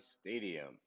Stadium